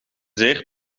zeer